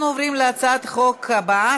אנחנו עוברים להצעת החוק הבאה,